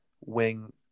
wing